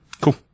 Cool